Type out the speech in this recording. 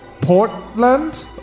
Portland